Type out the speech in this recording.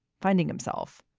finding himself,